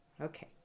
Okay